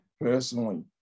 personally